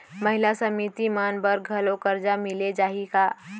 महिला समिति मन बर घलो करजा मिले जाही का?